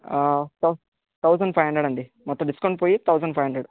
thousand five hundred అండి మొత్తం discount పోయి థౌసండ్ ఫైవ్ హండ్రెడ్